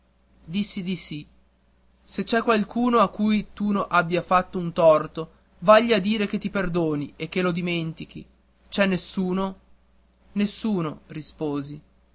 dissi di sì se c'è qualcuno a cui tu abbia fatto un torto vagli a dire che ti perdoni e che lo dimentichi c'è nessuno nessuno risposi